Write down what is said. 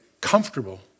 comfortable